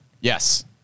Yes